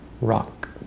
rock